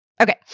Okay